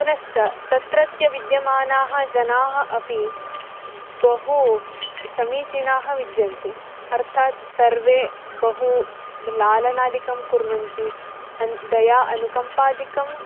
पुनश्च तत्रत्याः विद्यमानाः जनाः अपि बहु समीचीनाः विद्यन्ते अर्थात् सर्वे बहु लालनादिकं कुर्वन्ति अन्ये दयाम् अनुकम्पादिकं